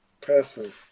person